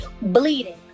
bleeding